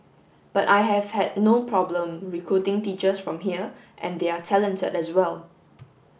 but I have had no problem recruiting teachers from here and they are talented as well